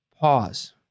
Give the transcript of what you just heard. Pause